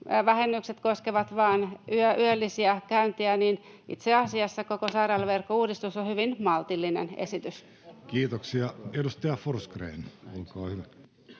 vähennykset, koskevat vain yöllisiä käyntejä, niin itse asiassa koko sairaalaverkkouudistus on hyvin maltillinen esitys. Kiitoksia. — Edustaja Forsgrén, olkaa hyvä.